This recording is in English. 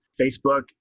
Facebook